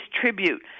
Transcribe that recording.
tribute